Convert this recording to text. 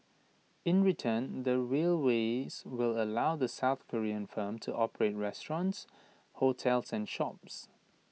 in return the railways will allow the south Korean firm to operate restaurants hotels and shops